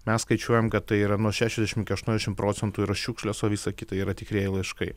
mes skaičiuojam kad tai yra nuo šešiasdešimt iki aštuoniasdešimt procentų yra šiukšlės o visa kita yra tikrieji laiškai